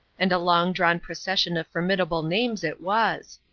and a long-drawn procession of formidable names it was!